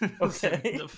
Okay